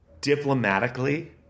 diplomatically